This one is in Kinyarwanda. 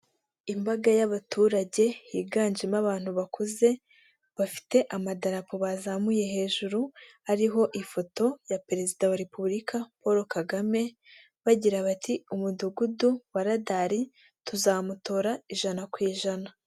Imbaga y'abaturage higanjemo abantu bakuze bafite amadarapo bazamuye hejuru ari ifoto ya perezida wa repubulika Paul Kagame bagira bati umudugudu wa radari tuzamutora ijana ku ijana.